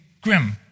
grim